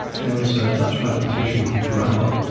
there was a dutch mathematician brouwer,